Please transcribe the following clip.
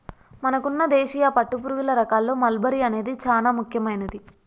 మనకున్న దేశీయ పట్టుపురుగుల రకాల్లో మల్బరీ అనేది చానా ముఖ్యమైనది